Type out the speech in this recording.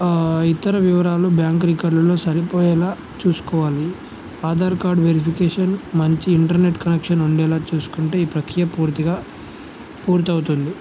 ఇతర వివరాలు బ్యాంక్ రికార్డులో సరిపోయేలా చూసుకోవాలి ఆధార్ కార్డ్ వెరిఫికేషన్ మంచి ఇంటర్నెట్ కనెక్షన్ ఉండేలా చూసుకుంటే ఈ ప్రక్రియ పూర్తిగా పూర్తవుతుంది